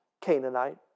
Canaanite